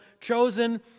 chosen